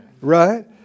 Right